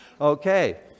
Okay